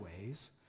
ways